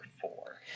four